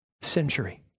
century